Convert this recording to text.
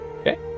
okay